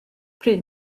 pryd